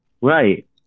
Right